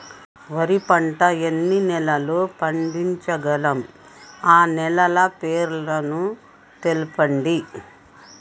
వరి పంట ఎన్ని నెలల్లో పండించగలం ఆ నెలల పేర్లను తెలుపండి?